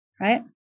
right